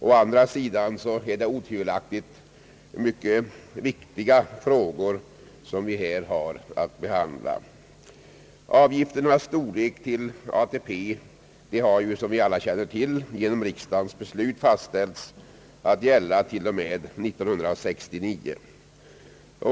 Men det är otvivelaktigt mycket viktiga frågor som vi här har att behandla. Storleken av avgifterna till ATP har, som vi alla känner till, genom riksdagens beslut fastställts att gälla t.o.m. 1969.